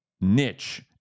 niche